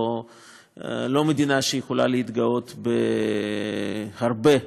לא מדינה שיכולה להתגאות בהרבה הובלה.